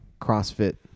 CrossFit